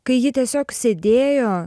kai ji tiesiog sėdėjo